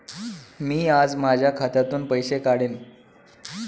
मी आज माझ्या खात्यातून पैसे काढेन